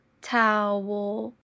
towel